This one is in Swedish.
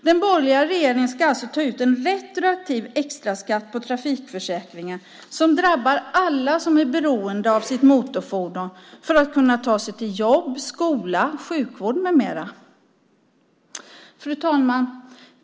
Den borgerliga regeringen ska alltså ta ut en retroaktiv extra skatt på trafikförsäkringen som drabbar alla som är beroende av sitt motorfordon för att kunna ta sig till jobb, skola, sjukvård med mera. Fru talman!